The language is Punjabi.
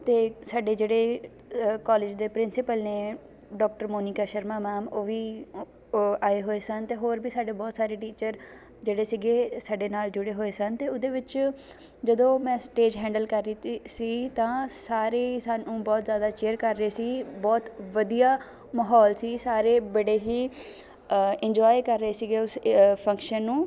ਅਤੇ ਸਾਡੇ ਜਿਹੜੇ ਕੋਲਿਜ ਦੇ ਪ੍ਰਿੰਸੀਪਲ ਨੇ ਡਾਕਟਰ ਮੋਨੀਕਾ ਸ਼ਰਮਾ ਮੈਮ ਉਹ ਵੀ ਆਏ ਹੋਏ ਸੀ ਸਨ ਅਤੇ ਹੋਰ ਵੀ ਸਾਡੇ ਬਹੁਤ ਸਾਰੇ ਟੀਚਰ ਜਿਹੜੇ ਸੀਗੇ ਸਾਡੇ ਨਾਲ਼ ਜੁੜੇ ਹੋਏ ਸਨ ਅਤੇ ਉਹਦੇ ਵਿੱਚ ਜਦੋਂ ਮੈਂ ਸਟੇਜ ਹੈਂਡਲ ਕਰ ਰਹੀ ਤੀ ਸੀ ਤਾਂ ਸਾਰੇ ਹੀ ਸਾਨੂੰ ਬਹੁਤ ਜ਼ਿਆਦਾ ਚੇਅਰ ਕਰ ਰਹੇ ਸੀ ਬਹੁਤ ਵਧੀਆ ਮਾਹੌਲ ਸੀ ਸਾਰੇ ਬੜੇ ਹੀ ਇੰਨਜੋਏ ਕਰ ਰਹੇ ਸੀਗੇ ਉਸ ਫੰਕਸ਼ਨ ਨੂੰ